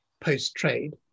post-trade